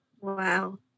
Wow